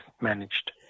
managed